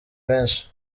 benshi